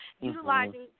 utilizing